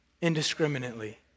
indiscriminately